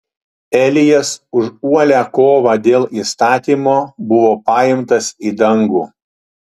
elijas už uolią kovą dėl įstatymo buvo paimtas į dangų